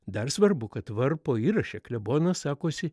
dar svarbu kad varpo įraše klebonas sakosi